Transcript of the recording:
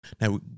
Now